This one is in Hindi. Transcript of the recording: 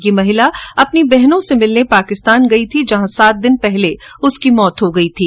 ये महिला अपनी बहनो से मिलने पाकिस्तान गई थी जहां सात दिन पहले उसकी मौत हो गई थी